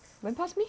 went past me